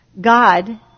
God